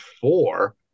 four